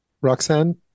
roxanne